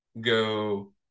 go